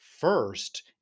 first